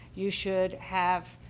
you should have,